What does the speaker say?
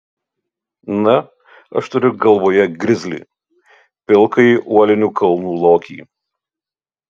ne aš turiu galvoje grizlį pilkąjį uolinių kalnų lokį